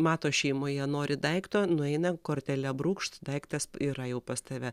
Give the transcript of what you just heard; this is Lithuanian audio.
mato šeimoje nori daikto nueina kortele brūkšt daiktas yra jau pas tave